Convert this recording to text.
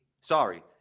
Sorry